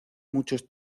muchos